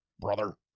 Brother